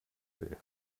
will